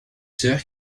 sœur